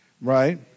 right